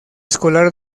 escolar